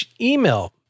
email